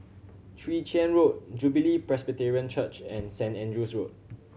Chwee Chian Road Jubilee Presbyterian Church and Saint Andrew's Road